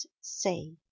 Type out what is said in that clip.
say